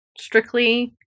strictly